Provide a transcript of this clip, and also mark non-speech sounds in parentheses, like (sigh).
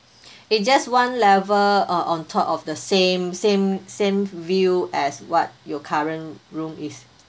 (breath) it just one level or on top of the same same same view as what your current room is